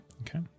Okay